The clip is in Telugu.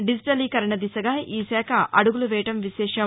డిజటలీకరణ దిశ గా ఈ శాఖ అడుగులు వేయడం విశేషం